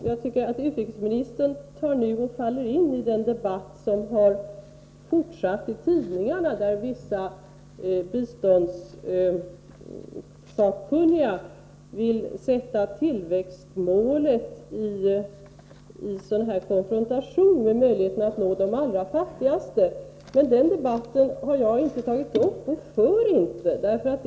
Herr talman! Utrikesministern faller nu in i den debatt som har fortsatt i tidningarna, där vissa biståndssakkunniga har velat ställa tillväxtmålet i motsättning till möjligheten att nå de allra fattigaste. Men den debatten har jag inte tagit upp, och jag för den inte.